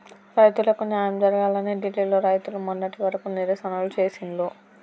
రైతులకు న్యాయం జరగాలని ఢిల్లీ లో రైతులు మొన్నటి వరకు నిరసనలు చేసిండ్లు